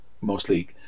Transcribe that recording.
mostly